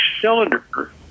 cylinder